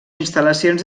instal·lacions